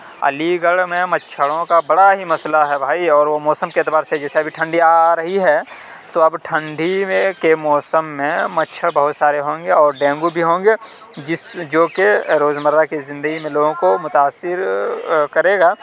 علی گڑھ میں مچھروں کا بڑا ہی مسئلہ ہے بھائی اور وہ موسم کے اعتبار سے جیسے ابھی ٹھنڈی آ رہی ہے تو اب ٹھنڈی میں کے موسم میں مچھر بہت سارے ہوں گے اور ڈینگو بھی ہوں گے جس جو کہ روز مرہ کی زندگی میں لوگوں کو متاثر کرے گا